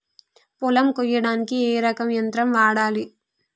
పొలం కొయ్యడానికి ఏ రకం యంత్రం వాడాలి?